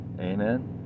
Amen